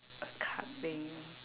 a card thing